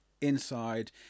inside